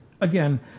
again